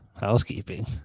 housekeeping